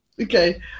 okay